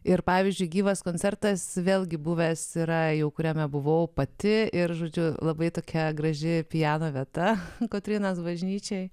ir pavyzdžiui gyvas koncertas vėlgi buvęs yra jau kuriame buvau pati ir žodžiu labai tokia graži piano vieta kotrynos bažnyčioje